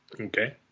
okay